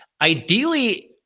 Ideally